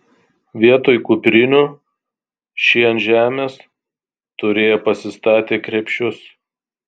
vietoj kuprinių šie ant žemės turėjo pasistatę krepšius